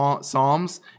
psalms